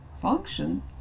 function